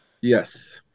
Yes